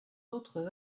autres